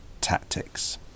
tactics